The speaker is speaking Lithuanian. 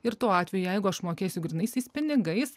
ir tuo atveju jeigu aš mokėsiu grynaisiais pinigais